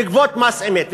לגבות מס אמת.